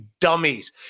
dummies